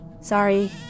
Sorry